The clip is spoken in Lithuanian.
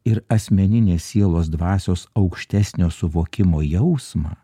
ir asmeninės sielos dvasios aukštesnio suvokimo jausmą